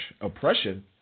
oppression